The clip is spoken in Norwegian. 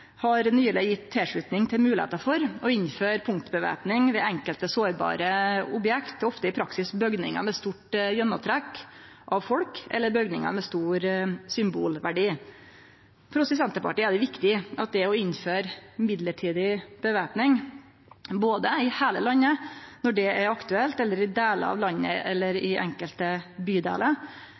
har nyleg gjeve tilslutning til at det kan innførast punktvæpning ved enkelte sårbare objekt, ofte i praksis bygningar med stor gjennomtrekk av folk eller bygningar med stor symbolverdi. For oss i Senterpartiet er det viktig at det å innføre mellombels væpning – både i heile landet når det er aktuelt, og i delar av landet eller i enkelte